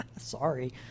Sorry